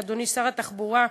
אדוני שר התחבורה,